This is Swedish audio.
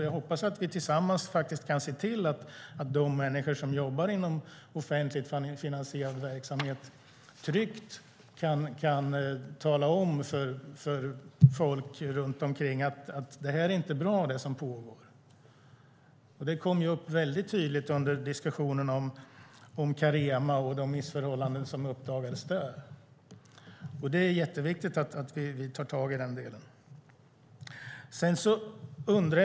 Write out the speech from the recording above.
Jag hoppas att vi tillsammans kan se till att de människor som jobbar inom offentligt finansierad verksamhet tryggt kan tala om när något som pågår inte är bra. Det kom upp väldigt tydligt under diskussionen om Carema och de missförhållanden som uppdagades där. Det är jätteviktigt att vi tar tag i den delen.